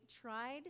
tried